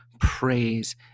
praise